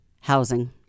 housing